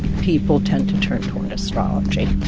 people tend to turn toward astrology